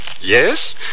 Yes